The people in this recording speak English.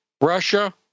Russia